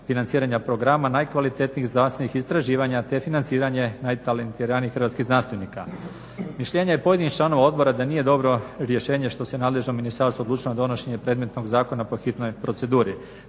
financiranja programa, najkvalitetnijih znanstvenih istraživanja te financiranje najtalentiranijih hrvatskih znanstvenika. Mišljenje pojedinih članova odbora da nije dobro rješenje što se nadležno ministarstvo odlučilo na donošenje predmetnog zakona po hitnoj proceduri.